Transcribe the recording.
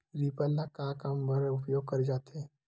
Reaper ल का काम बर उपयोग करे जाथे?